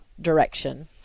direction